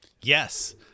Yes